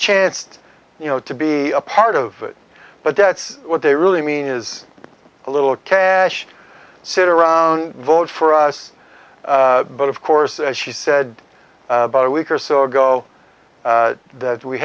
chance to you know to be a part of it but that's what they really mean is a little cash sit around vote for us but of course as she said about a week or so ago that we